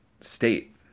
state